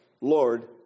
Lord